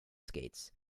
skates